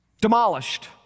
demolished